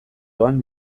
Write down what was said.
doan